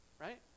right